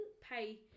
pay